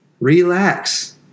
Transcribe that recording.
Relax